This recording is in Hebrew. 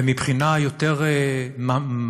ומבחינה יותר מעשית,